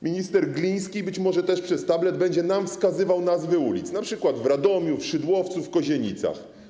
Minister Gliński, być może też przez tablet, będzie nam wskazywał nazwy ulic, np. w Radomiu, w Szydłowcu, w Kozienicach.